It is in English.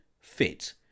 fit